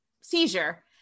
seizure